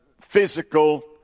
physical